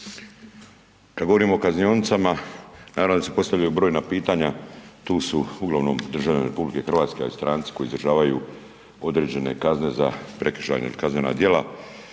kad govorimo o kaznionicama naravno da se postavljaju brojna pitanja, tu su uglavnom državljani RH, a i stranci koji izdržavaju određene kazne za prekršajna ili kaznena djela,